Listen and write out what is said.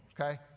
okay